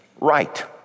right